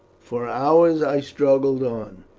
for hours i struggled on,